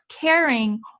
caring